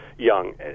young